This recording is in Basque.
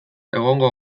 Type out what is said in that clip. egongo